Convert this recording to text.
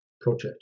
project